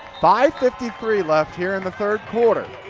five fifty three left here in the third quarter.